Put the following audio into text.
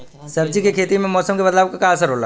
सब्जी के खेती में मौसम के बदलाव क का असर होला?